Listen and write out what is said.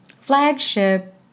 flagship